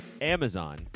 Amazon